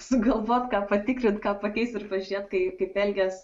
sugalvot ką patikrint ką pakeist ir pažiūrėt kai kaip elgias